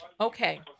Okay